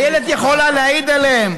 איילת יכולה להעיד עליהם.